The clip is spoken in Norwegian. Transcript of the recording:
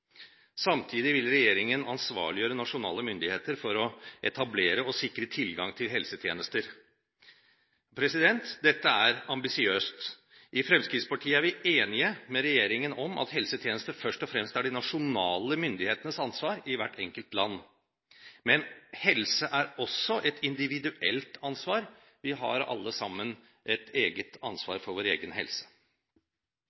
Samtidig vil regjeringen ansvarliggjøre nasjonale myndigheter for å etablere og sikre tilgang til helsetjenester. Dette er ambisiøst. I Fremskrittspartiet er vi enig med regjeringen i at helsetjenester først og fremst er de nasjonale myndighetenes ansvar i hvert enkelt land. Men helse er også et individuelt ansvar. Vi har alle sammen et